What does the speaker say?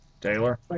Taylor